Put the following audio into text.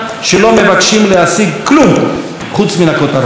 שלא מבקשים להשיג כלום חוץ מן הכותרות.